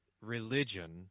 religion